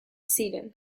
ziren